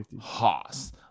hoss